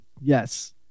Yes